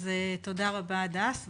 תודה רבה, הדס.